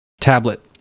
Tablet